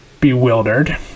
bewildered